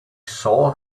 saw